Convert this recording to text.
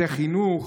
בתי חינוך,